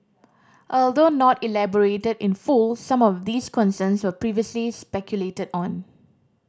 although not elaborated in full some of these concerns were previously speculated on